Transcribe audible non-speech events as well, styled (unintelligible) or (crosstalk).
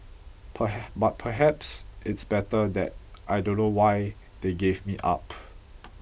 (unintelligible) but perhaps it's better that I don't know why they gave me up